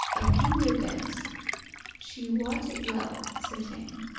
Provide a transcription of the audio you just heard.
upon your bench she wot it well, certain,